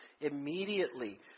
Immediately